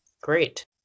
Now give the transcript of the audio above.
great